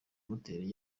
moteri